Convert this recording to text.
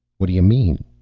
what do you mean?